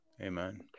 Amen